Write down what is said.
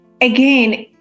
again